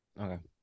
Okay